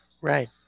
right